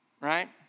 right